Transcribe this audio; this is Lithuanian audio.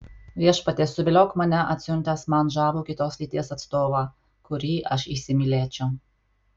viešpatie suviliok mane atsiuntęs man žavų kitos lyties atstovą kurį aš įsimylėčiau